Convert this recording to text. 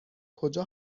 کجا